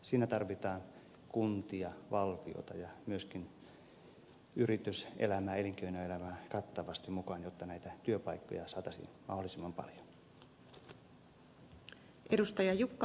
siinä tarvitaan kuntia valtiota ja myöskin yrityselämää elinkeinoelämää kattavasti mukaan jotta näitä työpaikkoja saataisiin mahdollisimman paljon